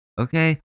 okay